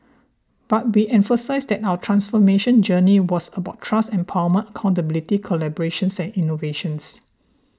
but we emphasised that our transformation journey was about trust empowerment accountability collaborations and innovations